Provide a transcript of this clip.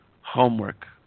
homework